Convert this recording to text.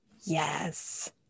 Yes